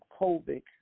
COVID